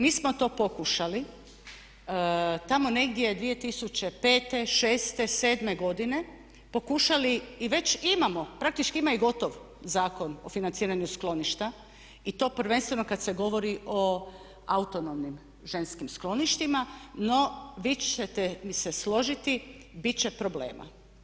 Mi smo to pokušali, tamo negdje 2005., 06., 07. godine pokušali i već imamo, praktički ima i gotov Zakon o financiranju skloništa i to prvenstveno kada se govori o autonomnim ženskim skloništima no vi ćete mi se složiti biti će problema.